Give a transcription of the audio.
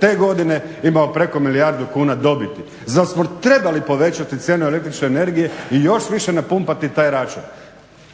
te godine imao preko milijardu kuna dobiti. Zar smo trebali povećati cijenu električne energije i još više napumpati taj račun?